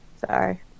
Sorry